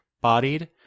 bodied